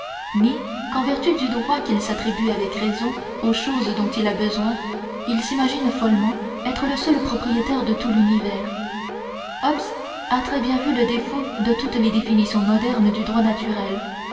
ni qu'en vertu du droit qu'il s'attribue avec raison aux choses dont il a besoin il s'imagine follement être le seul propriétaire de tout l'univers hobbes a très bien vu le défaut de toutes les définitions modernes du droit naturel